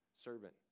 servant